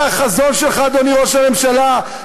זה החזון שלך, אדוני ראש הממשלה?